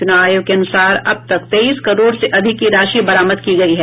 चुनाव आयोग के अनुसार अब तक तेईस करोड़ से अधिक की राशि बरामद की गयी है